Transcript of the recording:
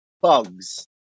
bugs